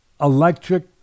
electric